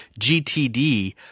GTD